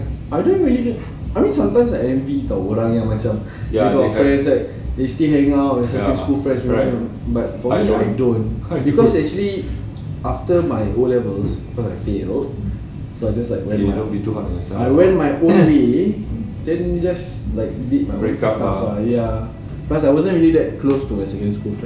I don't really need I mean sometimes I envy [tau] orang yang macam they got friends basically hang out with school friends but for me I don't because actually after my O-levels after so I just went my own ways then just like did my ya cause I wasn't really that close to my secondary school friends